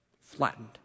flattened